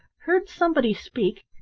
heard somebody speak,